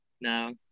No